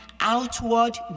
outward